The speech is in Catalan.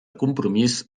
compromís